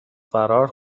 فرار